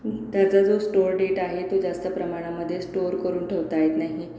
त्याचा जो store data आहे तो जास्त प्रमाणामधे स्टोअर करून ठेवता येत नाही